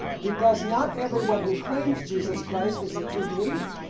because not everyone who claims jesus christ is a true believer.